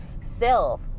self